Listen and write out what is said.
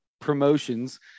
promotions